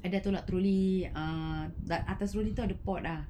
ada tolak trolley err like atas trolley tu ada pot ah